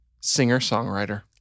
singer-songwriter